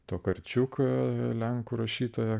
to karčiuką lenkų rašytoja